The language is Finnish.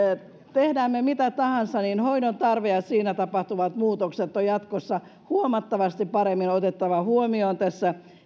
teemme me mitä tahansa hoidon tarve ja siinä tapahtuvat muutokset on jatkossa huomattavasti paremmin otettava huomioon tässä